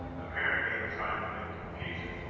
apparently in triumphant confusion.